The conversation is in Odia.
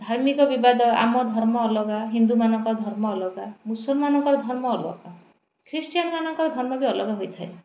ଧାର୍ମିକ ବିବାଦ ଆମ ଧର୍ମ ଅଲଗା ହିନ୍ଦୁମାନଙ୍କ ଧର୍ମ ଅଲଗା ମୁସଲମାନ୍ଙ୍କର ଧର୍ମ ଅଲଗା ଖ୍ରୀଷ୍ଟିୟାନ୍ମାନଙ୍କର ଧର୍ମ ବି ଅଲଗା ହୋଇଥାଏ